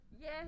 yes